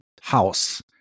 house